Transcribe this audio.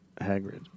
Hagrid